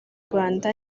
rwanda